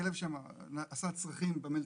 והכלב שם עשה צרכים במלתחות.